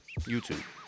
YouTube